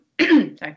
Sorry